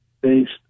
based